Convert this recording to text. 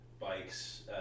bikes